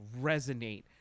resonate